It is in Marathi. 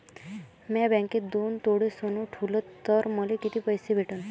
म्या बँकेत दोन तोळे सोनं ठुलं तर मले किती पैसे भेटन